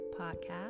Podcast